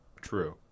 true